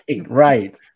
right